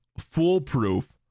foolproof